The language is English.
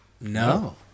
No